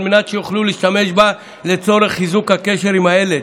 על מנת שיוכלו להשתמש בה לצורך חיזוק הקשר עם הילד,